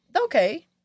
okay